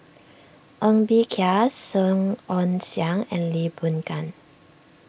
Ng Bee Kia Song Ong Siang and Lee Boon Ngan